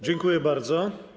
Dziękuję bardzo.